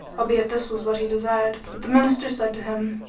albeit this was what he desired but the minister said to him,